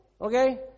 Okay